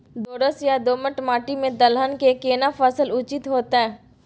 दोरस या दोमट माटी में दलहन के केना फसल उचित होतै?